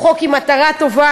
הוא חוק עם מטרה טובה,